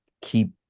keep